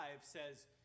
says